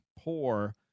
poor